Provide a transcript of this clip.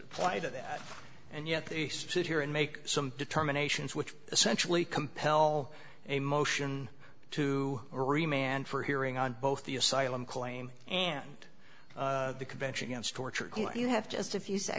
apply to them and yet they sit here and make some determinations which essentially compel a motion to erie man for hearing on both the asylum claim and the convention against torture you have just a few